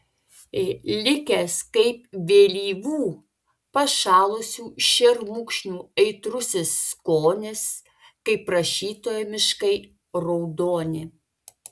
likęs kaip vėlyvų pašalusių šermukšnių aitrusis skonis kaip rašytojo miškai raudoni